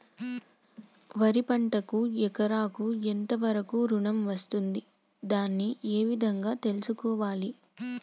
వరి పంటకు ఎకరాకు ఎంత వరకు ఋణం వస్తుంది దాన్ని ఏ విధంగా తెలుసుకోవాలి?